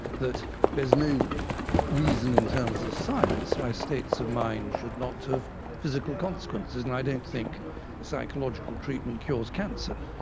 that there is no reason in terms of science why states of mind should not have physical consequences, and i don't think psychological treatment cures cancer,